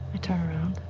turn around